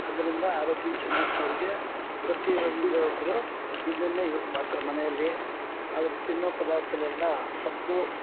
ಅದರಿಂದ ಆರೋಗ್ಯ ಚೆನ್ನಾಗಿರ್ತೆ ಅವ್ರಿಗೆ ಪ್ರತಿ ಒಂದು ಒಬ್ಬರು ಇದನ್ನೇ ಯೂಸ್ ಮಾಡ್ತಾರೆ ಮನೆಯಲ್ಲಿ ಅದನ್ನು ತಿನ್ನೋ ಪದಾರ್ಥಲ್ಲೆಲ್ಲ ಸೊಪ್ಪು